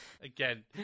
Again